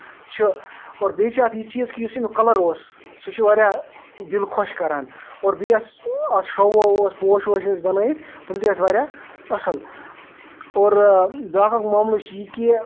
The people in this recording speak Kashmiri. چھِ اور بیٚیہِ چھِ اَتھ یہِ چیٖز کہِ یُس ییٚمیُک کَلر اوس سُہ چھُ واریاہ دِل خۄش کران اور بیٚیہِ یۄس اَتھ شو وو اوس پوش ووش ٲسۍ بَنٲیِتھ تِم تہِ ٲسۍ واریاہ اَصٕل اور بیاکھ اکھ معاملہٕ چھُ یہِ کہِ